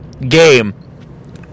game